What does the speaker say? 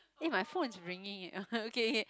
eh my phone is ringing leh ok ok ok